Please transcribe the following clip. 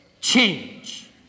change